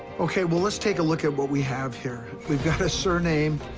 okay, well, let's take a look at what we have here. we've got a surname,